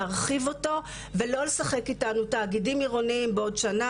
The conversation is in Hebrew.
להרחיב אותו ולא לשחק איתנו - "תאגידים עירוניים בעוד שנה,